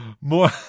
More